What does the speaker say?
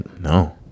no